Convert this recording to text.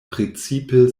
precipe